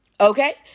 Okay